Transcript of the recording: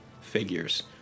figures